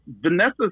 Vanessa